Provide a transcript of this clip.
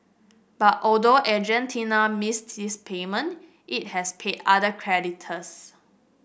but although Argentina missed this payment it has paid other creditors